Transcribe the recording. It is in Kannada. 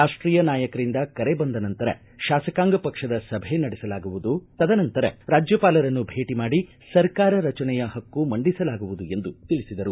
ರಾಷ್ಟೀಯ ನಾಯಕರಿಂದ ಕರೆ ಬಂದ ನಂತರ ಶಾಸಕಾಂಗ ಪಕ್ಷದ ಸಭೆ ನಡೆಸಲಾಗುವುದು ತದನಂತರ ರಾಜ್ಯಪಾಲರನ್ನು ಭೇಟ ಮಾಡಿ ಸರ್ಕಾರ ರಚನೆಯ ಹಕ್ಕು ಮಂಡಿಸಲಾಗುವುದು ಎಂದು ತಿಳಿಸಿದರು